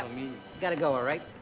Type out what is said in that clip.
gotta go, all right?